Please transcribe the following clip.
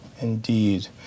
indeed